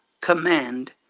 command